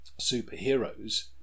superheroes